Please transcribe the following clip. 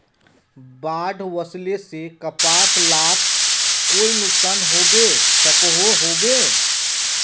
बाढ़ वस्ले से कपास लात कोई नुकसान होबे सकोहो होबे?